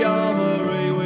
armory